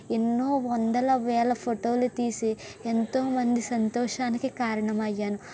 ఎన్నో వందల వేల ఫొటోలు తీసి ఎంతో మంది సంతోషానికి కారణము అయ్యాను